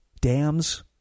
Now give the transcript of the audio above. dams